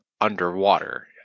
underwater